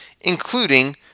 including